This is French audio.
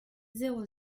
zéro